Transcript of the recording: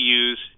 use